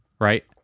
right